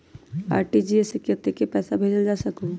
RTGS से कतेक पैसा भेजल जा सकहु???